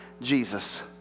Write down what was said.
Jesus